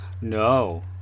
No